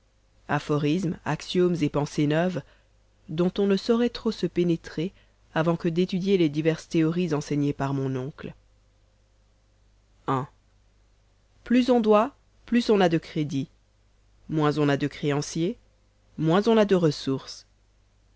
axiomes et pensées neuves dont on ne saurait trop se pénétrer avant que d'étudier les diverses théories enseignées par mon oncle i plus on doit plus on a de crédit moins on a de créanciers moins on a de ressources